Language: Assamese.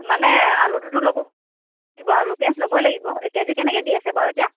মানে আলুটোতো ল'ব লাগিব আলু পিঁয়াজ ল'বই লাগিব কে জি কেনেকৈ দি আছে বাৰু এতিয়া